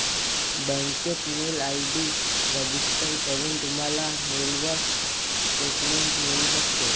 बँकेत mail ID register करून, तुम्हाला मेलवर स्टेटमेंट मिळू शकते